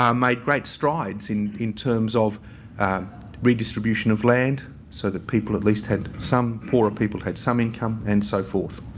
um made great strides in in terms of redistribution of land so that people at least had some, poorer people had some income and so forth.